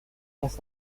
das